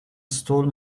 stole